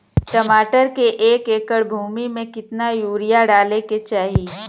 टमाटर के एक एकड़ भूमि मे कितना यूरिया डाले के चाही?